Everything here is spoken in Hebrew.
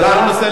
זה לא נושא